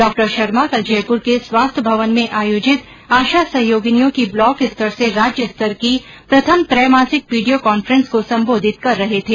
डॉ शर्मा कल जयपूर के स्वास्थ्य भवन में आयोजित आशा सहयोगिनियों की ब्लॉक स्तर से राज्य स्तर की प्रथम त्रैमासिक वीडियो कॉन्फ्रेंस को संबोधित कर रहे थे